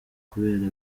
kubera